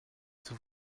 zur